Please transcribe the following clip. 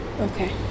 Okay